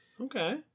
Okay